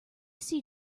see